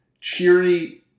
cheery